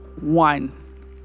one